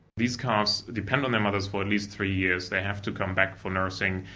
these calves depend on their mothers for at least three years. they have to come back for nursing.